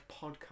podcast